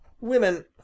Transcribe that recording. Women